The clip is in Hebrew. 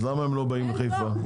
אז למה הם לא באים לחיפה?